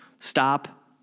stop